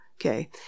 Okay